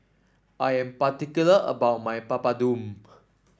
I am particular about my Papadum